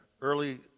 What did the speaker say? early